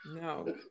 No